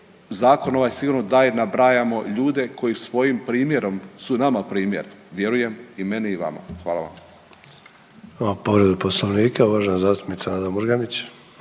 Zakon ovaj sigurno, da i nabrajamo ljude koji svojim primjerom su nama primjer, vjerujem i meni i vama. Hvala vam.